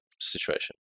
situation